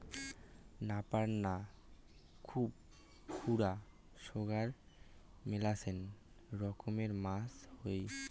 নাপার না, খুর খুরা সোগায় মেলাছেন রকমের মাছ হই